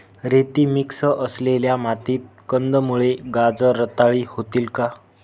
रेती मिक्स असलेल्या मातीत कंदमुळे, गाजर रताळी होतील का?